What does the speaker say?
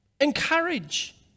encourage